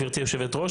גבירתי יושבת-הראש,